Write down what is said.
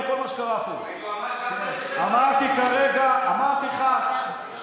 אמרתי, בוודאי, בוודאי.